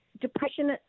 depression